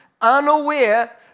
unaware